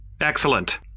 Excellent